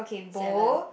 seven